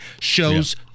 shows